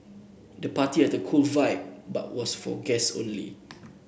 the party had a cool vibe but was for guests only